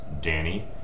Danny